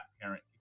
parent